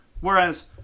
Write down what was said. Whereas